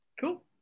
cool